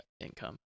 income